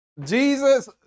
Jesus